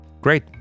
great